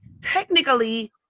technically